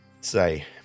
say